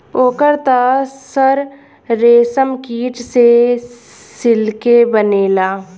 ओकर त सर रेशमकीट से सिल्के बनेला